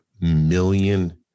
million